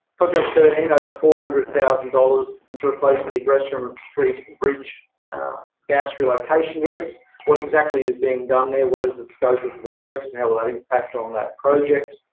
contract thirteen, over four hundred thousand dollars to replace the gresham street bridge gas relocation works. what exactly is being done there? what is the scope of the works, and how will that impact on that project?